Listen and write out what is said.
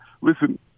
listen